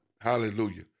Hallelujah